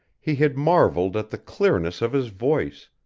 he had marveled at the clearness of his voice,